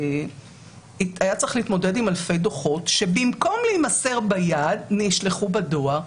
היה צריך להתמודד עם אלפי דוחות שבמקום להימסר ביד נשלחו בדואר,